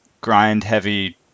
grind-heavy